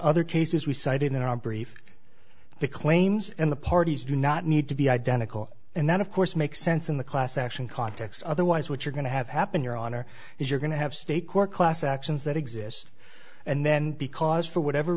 other cases we cited in our brief the claims and the parties do not need to be identical and that of course makes sense in the class action context otherwise what you're going to have happen your honor is you're going to have state court class actions that exist and then because for whatever